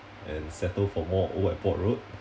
and settle for more old airport road